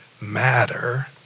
matter